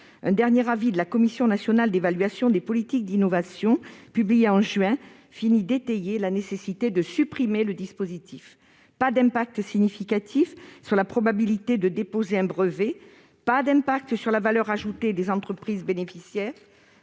Un dernier avis de la Commission nationale d'évaluation des politiques d'innovation, la Cnepi, publié en juin dernier, finit d'étayer la nécessité de supprimer le dispositif : pas d'impact significatif sur la probabilité de déposer un brevet, pas d'impact sur la valeur ajoutée des entreprises bénéficiaires,